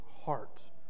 heart